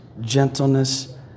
gentleness